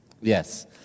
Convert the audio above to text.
yes